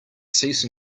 cease